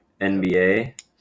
NBA